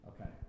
Okay